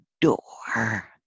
door